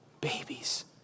babies